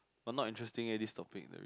but not interesting eh this topic that very